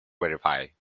verify